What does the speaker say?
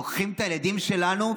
לוקחים את הילדים שלנו,